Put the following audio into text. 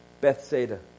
Bethsaida